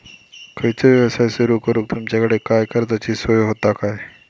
खयचो यवसाय सुरू करूक तुमच्याकडे काय कर्जाची सोय होता काय?